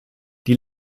die